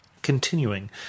Continuing